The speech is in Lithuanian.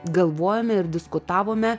galvojome ir diskutavome